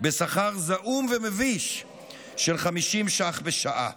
בשכר זעום ומביש של 50 שקל לשעה.